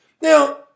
Now